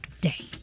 day